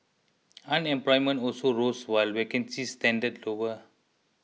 unemployment also rose while vacancies trended lower